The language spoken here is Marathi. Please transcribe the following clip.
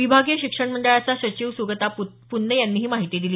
विभागीय शिक्षण मंडळाच्या सचिव सुगता पून्ने यांनी ही माहिती दिली